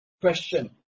question